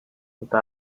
eta